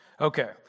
Okay